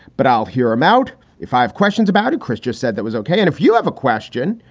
but i'll hear him out if i have questions about it. christian said that was ok. and if you have a question,